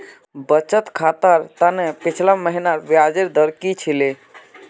बचत खातर त न पिछला महिनार ब्याजेर दर की छिले